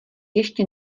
ještě